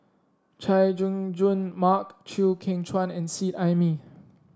Chay Jung Jun Mark Chew Kheng Chuan and Seet Ai Mee